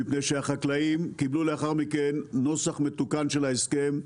מפני שהחקלאים קיבלו לאחר מכן נוסח מתוקן של ההסכם,